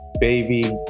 Baby